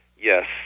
Yes